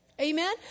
Amen